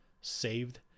saved